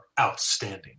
outstanding